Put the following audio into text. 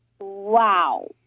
Wow